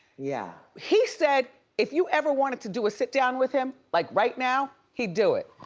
yeah. he said, if you ever wanted to do a sit down with him, like right now, he'd do it.